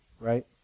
right